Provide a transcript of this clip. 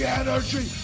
energy